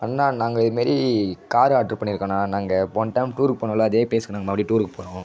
அண்ணா நாங்கள் இதுமாரி car order பண்ணியிருக்கோண்ணா நாங்கள் போன டைம் டூர் போனோம்ல அதே ப்ளேஸுக்கு நாங்கள் மறுபடியும் டூருக்கு போகணும்